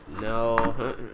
No